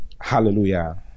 Hallelujah